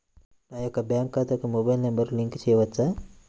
నా యొక్క బ్యాంక్ ఖాతాకి మొబైల్ నంబర్ లింక్ చేయవచ్చా?